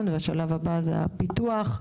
ובשלב הבא עם החברה שעושה לנו את הפיתוח.